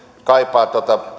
kaipaa